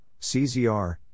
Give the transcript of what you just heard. CZR